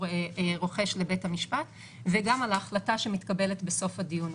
רוחש לבית המשפט וגם על ההחלטה שמתקבלת בסוף הדיון.